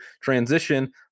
transition